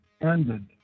ended